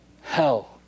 hell